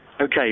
Okay